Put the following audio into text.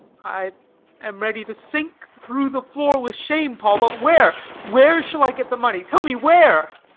i am ready to sink through the floor with shame, paul, but where, where shall i get the money? tell me, where?